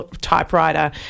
typewriter